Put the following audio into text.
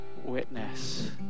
witness